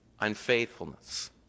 unfaithfulness